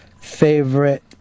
favorite